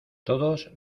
todos